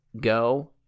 go